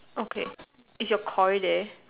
okay is your Koi there